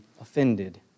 offended